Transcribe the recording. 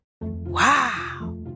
Wow